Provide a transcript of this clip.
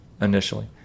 initially